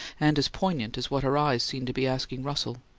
and as poignant as what her eyes seemed to be asking russell.